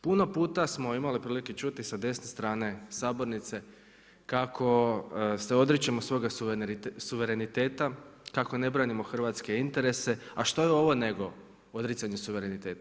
Puno puta smo imali prilike čuti sa desne strane sabornice kako se odričemo svoga suvereniteta, kako ne branimo hrvatske interese, a što je ovo nego odricanje suvereniteta?